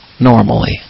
normally